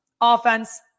Offense